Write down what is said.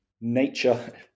nature